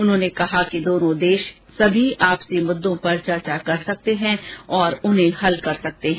उन्होंने कहा कि दोनों देश सभी आपसी मुद्दों पर चर्चा कर सकते हैं और उन्हें हल कर सकते हैं